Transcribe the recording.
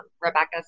Rebecca